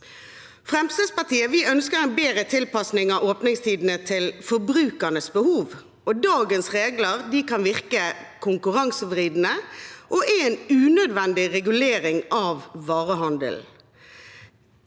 Fremskrittspartiet ønsker en bedre tilpasning av åpningstidene til forbrukernes behov. Dagens regler kan virke konkurransevridende og er en unødvendig regulering av varehandelen.